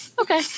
Okay